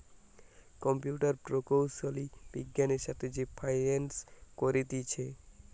computer প্রকৌশলী বিজ্ঞানের সাথে যে ফাইন্যান্স করতিছে